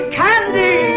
candy